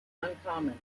uncommon